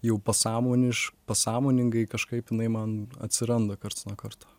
jau pasąmoniš pasąmoningai kažkaip jinai man atsiranda karts nuo karto